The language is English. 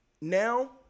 Now